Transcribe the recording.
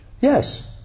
Yes